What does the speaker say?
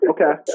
Okay